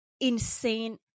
insane